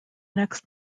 next